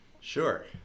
Sure